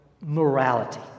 morality